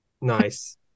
Nice